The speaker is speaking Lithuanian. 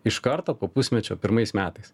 iš karto po pusmečio pirmais metais